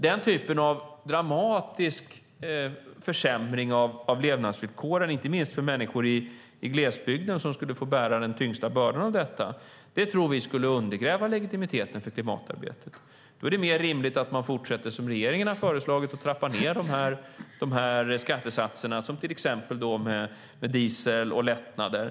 Den typen av dramatisk försämring av levnadsvillkoren, inte minst för människor i glesbygden som skulle få bära den tyngsta bördan av detta, tror vi skulle undergräva legitimiteten för klimatarbetet. Då är det mer rimligt att man fortsätter som regeringen har föreslagit och trappar ned skattesatserna till exempel för diesel och lättnader.